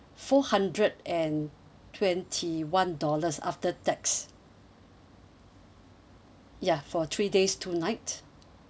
four hundred and twenty one dollars after tax ya for three days two night